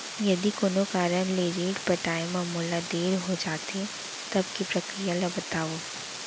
यदि कोनो कारन ले ऋण पटाय मा मोला देर हो जाथे, तब के प्रक्रिया ला बतावव